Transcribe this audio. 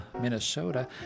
Minnesota